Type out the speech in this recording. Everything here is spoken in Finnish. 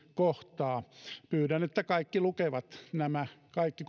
kohtaa pyydän että kaikki lukevat kaikki